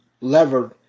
levered